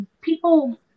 people